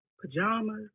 pajamas